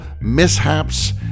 mishaps